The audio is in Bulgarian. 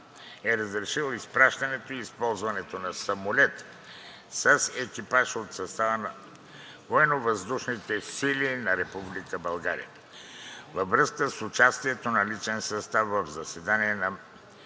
е разрешил изпращането и използването на самолет с екипаж от състава на Военновъздушните сили на Република България във връзка с участието на личен състав в заседание на